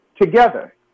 together